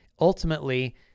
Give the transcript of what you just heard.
Ultimately